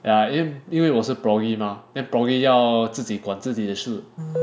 yeah 因为因为我是 mah then 要自己管自己的事